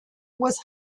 was